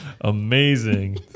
amazing